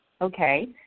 Okay